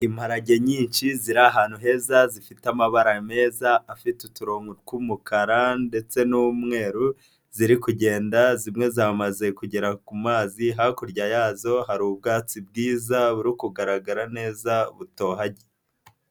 Imparage nyinshi ziri ahantu heza zifite amabara meza afite uturongo tw'umukara ndetse n'umweru ziri kugenda zimwe zamaze kugera ku mazi, hakurya yazo hari ubwatsi bwiza buri kugaragara neza butohagiye.